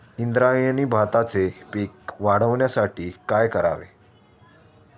इंद्रायणी भाताचे पीक वाढण्यासाठी काय करावे?